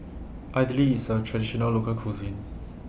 Idly IS A Traditional Local Cuisine